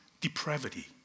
depravity